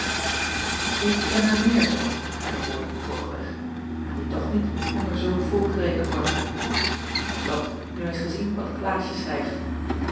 ik ken er meer zoo zeide bol droogweg en die toch niet onder zulk volk gerekend worden doch nu eens gezien wat klaasje schrijft